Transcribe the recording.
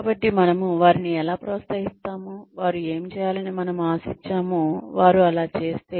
కాబట్టి మనము వారిని ఎలా ప్రోత్సహిస్తాము వారు ఏమి చేయాలని మనము ఆశించామో వారు అలా చేస్తే